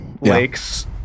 lakes